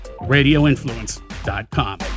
RadioInfluence.com